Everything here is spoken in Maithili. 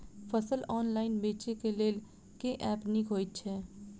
फसल ऑनलाइन बेचै केँ लेल केँ ऐप नीक होइ छै?